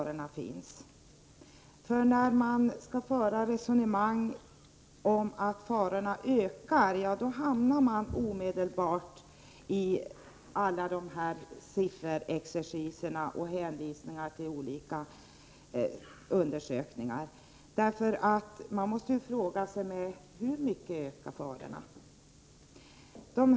När man nämligen för ett resonemang om att farorna ökar, hamnar man omedelbart i en sifferexercis och hänvisningar till olika undersökningar. Man måste nämligen fråga sig hur mycket farorna ökar.